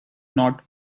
not